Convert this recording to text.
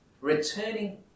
returning